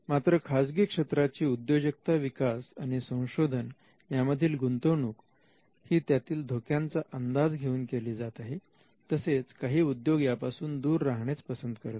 मात्र खाजगी क्षेत्राची उद्योजकता विकास आणि संशोधन यामधील गुंतवणूक ही त्यातील धोक्याचा अंदाज घेऊन केली जात आहे तसेच काही उद्योग यापासून दूर राहणेच पसंत करत आहेत